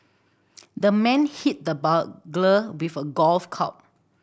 the man hit the burglar with a golf club